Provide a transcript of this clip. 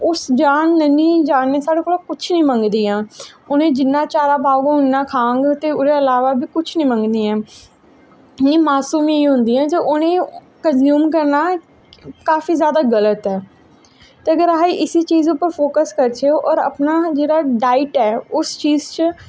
उस जान नन्ही जान ने साढ़े कोला कुछ निं मंगदियां उ'नेंगी जिन्ना चारा पाह्ग उन्ना खाह्ङ ते ओह्दे इलावा बी कुछ निं मंगदियां न इ'यां मासूम जेही होंदियां ते उ'नेंगी कनज्यूम करना काफी जादा गल्त ऐ ते अगर अस इसी चीज उप्पर फोक्स करचै होर अपना जेह्ड़ा डाइट ऐ उस चीज च